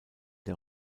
der